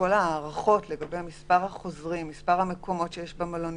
להערכות לגבי מספר החוזרים ומספר המקומות שיש במלוניות.